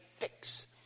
fix